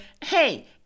hey